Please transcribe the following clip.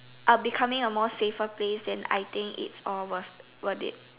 a becoming a more safer place then I think it's all worth worth it